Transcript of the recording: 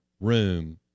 room